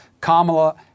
Kamala